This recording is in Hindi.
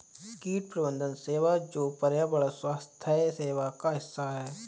कीट प्रबंधन सेवा जो पर्यावरण स्वास्थ्य सेवा का हिस्सा है